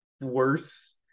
worse